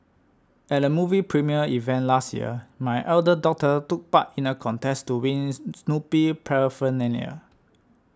at a movie premiere event last year my elder daughter took part in a contest to wins Snoopy paraphernalia